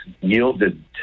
yielded